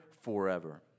Forever